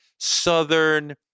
southern